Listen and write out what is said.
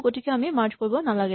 গতিকে আমি মাৰ্জ কৰিব নালাগে